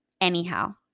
anyhow